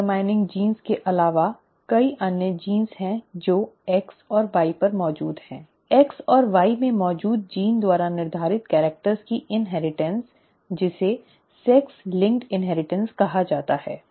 लिंग निर्धारण जीन के अलावा कई अन्य जीन हैं जो X और Y पर मौजूद हैं X और Y में मौजूद जीन द्वारा निर्धारित कैरिक्टर की इनहेरिटेंस जिसे सेक्स लिंक्ड इनहेरिटेंस कहा जाता है